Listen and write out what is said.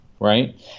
right